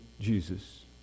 Jesus